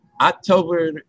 October